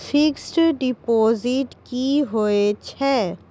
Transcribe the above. Fixed deposit की होय छै?